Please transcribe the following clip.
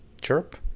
chirp